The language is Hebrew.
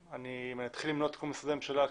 אם אני אתחיל למנות את משרדי הממשלה,